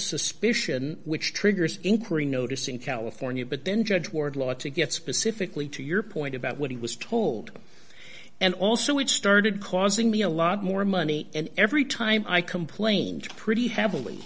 suspicion which triggers inquiry notice in california but then judge wardlaw to get specifically to your point about what he was told and also it started causing me a lot more money and every time i complained to pretty heavily